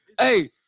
Hey